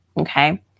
okay